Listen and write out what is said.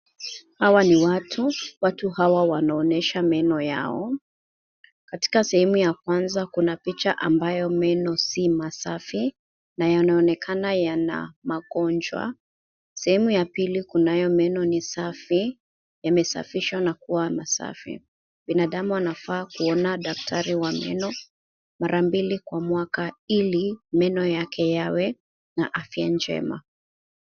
Hawa ni watu, watu hawa wanaonyesha meno yao. Katika sehemu ya kwanza, kuna picha ambayo meno si masafi na yanaonekana yana magonjwa. Sehemu ya pili kunayo meno ni safi, yamesafishwa na kuwa masafi. Binadamu anafaa kuona daktari wa meno mara mbili kwa mwaka ili meno yake yawe na afya njema.